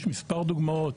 ויש מספר דוגמאות